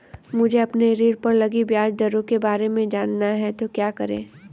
मुझे अपने ऋण पर लगी ब्याज दरों के बारे में जानना है तो क्या करें?